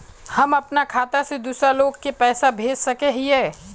हम अपना खाता से दूसरा लोग के पैसा भेज सके हिये?